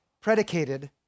predicated